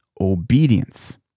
obedience